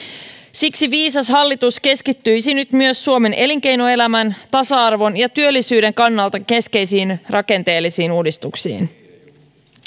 siksi viisas hallitus keskittyisi nyt myös suomen elinkeinoelämän tasa arvon ja työllisyyden kannalta keskeisiin rakenteellisiin uudistuksiin